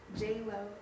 j-lo